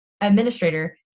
administrator